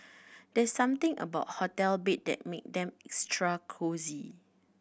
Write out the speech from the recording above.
there's something about hotel bed that make them extra cosy